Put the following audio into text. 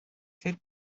tud